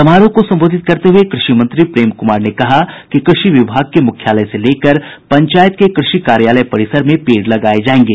समारोह को संबोधित करते हुए कृषि मंत्री प्रेम कुमार ने कहा कि कृषि विभाग के मुख्यालय से लेकर पंचायत के कृषि कार्यालय परिसर में पेड़ लगाये जायेंगे